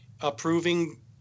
approving